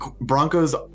Broncos